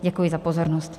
Děkuji za pozornost.